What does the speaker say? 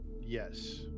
Yes